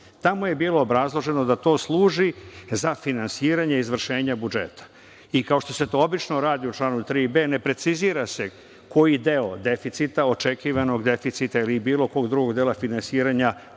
je bilo obrazloženo da to služi za finansiranje izvršenja budžeta i kao što se to obično radi u članu 3b. ne precizira se koji deo deficita, očekivanog deficita ili bilo kog drugog dela finansiranja pojedini